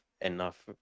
enough